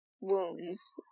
wounds